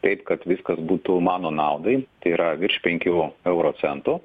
taip kad viskas būtų mano naudai tai yra virš penkių euro centų